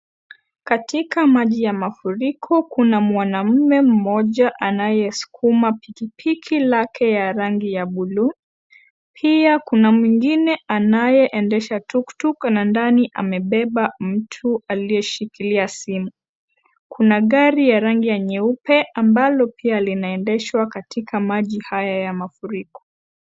Katika maji ya mafuriko kuna mwanaume mmoja anayesukuma pikipiki lake la rangi ya buluu pia kuna mwingine anayeendesha tuktuk na ndani amebeba mtu aliyeshikilia simu ,kuna gari ya rangi ya nyeupe ambalo pia lianaendeshwa katika maji haya ya mafuriko.